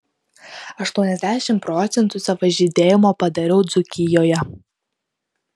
aštuoniasdešimt procentų savo žydėjimo padariau dzūkijoje